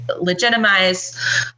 legitimize